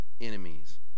enemies